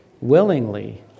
Willingly